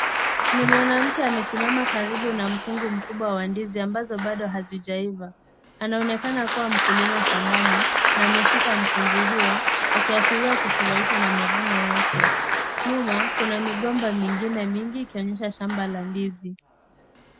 Ni mwanamke amesimama karibu na mkungu mikubwa wa ndizi ambazo bado hazijaiva, anaonekana kuwa mkulima shambani na ameshika mkungu huo akiashiria kufurahishwa na mavuno yake nyuma Kuna migomba mingine mingi ikionyesha shamba la ndizi.